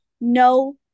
no